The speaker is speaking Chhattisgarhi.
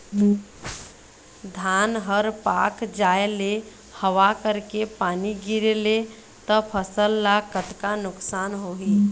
धान हर पाक जाय ले हवा करके पानी गिरे ले त फसल ला कतका नुकसान होही?